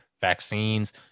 vaccines